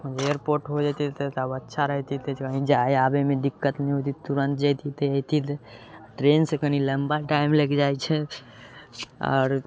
airport हो जयती तऽ तब अच्छा रहती कहीँ जाइ आबयमे दिक्कत न होइती तुरन्त जयती तऽ अयती ट्रेनसँ कनि लंबा टाइम लागि जाइत छै आओर